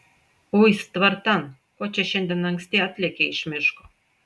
uis tvartan ko čia šiandien anksti atlėkei iš miško